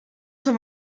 zur